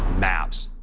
maps.